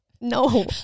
No